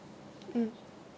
uh